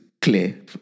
clear